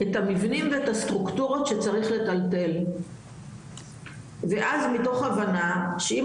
את המבנים ואת הסטרוקטורות שצריך לטלטל ואז מתוך הבנה שאם